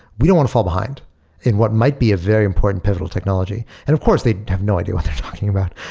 we don't want to fall behind in what might be a very important pivotal technology. and of course, they have no idea what they're talking about.